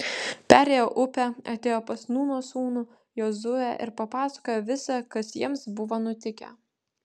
perėję upę atėjo pas nūno sūnų jozuę ir papasakojo visa kas jiems buvo nutikę